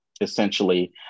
essentially